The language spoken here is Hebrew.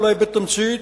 אולי בתמצית,